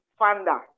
Fanda